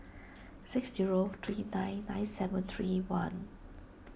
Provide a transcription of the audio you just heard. six zero three nine nine seven three one